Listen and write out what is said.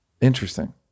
Interesting